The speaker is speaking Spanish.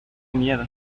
miedo